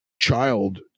child